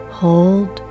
hold